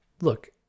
Look